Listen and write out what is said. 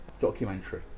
documentary